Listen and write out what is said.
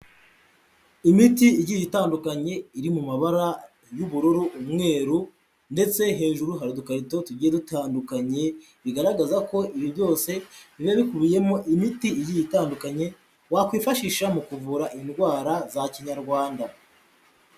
Imiti igiye itandukanye iri mu mabara y'ubururu, umweru ndetse hejuru hari udukarito tugiye dutandukanye bigaragaza ko ibi byose biba bikubiyemo imiti igiye itandukanye, wakwifashisha mu kuvura indwara za kinyarwanda.